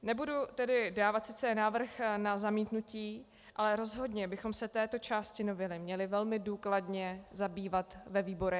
Nebudu tedy sice dávat návrh na zamítnutí, ale rozhodně bychom se touto částí novely měli velmi důkladně zabývat ve výborech.